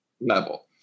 level